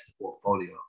portfolio